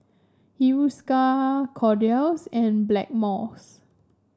Hiruscar Kordel's and Blackmores